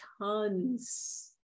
tons